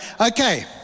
okay